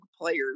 players